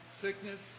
sickness